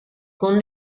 con